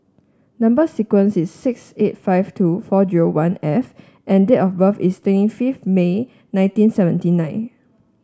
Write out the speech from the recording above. number sequence is six eight five two four zero one F and date of birth is twenty fifth May nineteen seventy nine